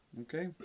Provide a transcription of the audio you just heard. Okay